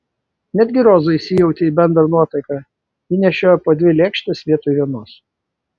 netgi roza įsijautė į bendrą nuotaiką ji nešiojo po dvi lėkštes vietoj vienos